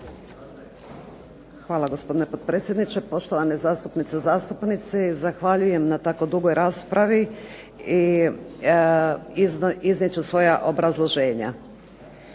Hvala gospodine potpredsjedniče, poštovane zastupnice i zastupnici. Zahvaljujem na tako dugoj raspravi i iznijet ću svoja obrazloženja.